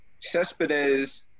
Cespedes